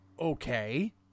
Okay